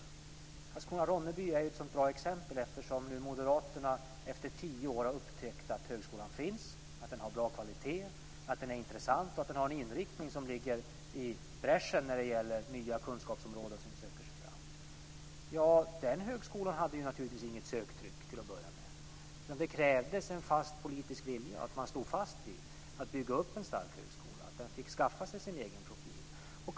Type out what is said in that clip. Karlskrona/Ronneby är ett bra exempel eftersom moderaterna efter tio år nu har upptäckt att högskolan finns, att den har bra kvalitet, att den är intressant och att den har en inriktning som ligger i bräschen när det gäller nya kunskapsområden. Den högskolan hade naturligtvis inget söktryck till att börja med. Det krävdes en fast politisk vilja. Det krävdes att man stod fast vid att bygga upp en stark högskola som fick skaffa sig en egen profil.